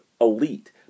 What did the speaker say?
elite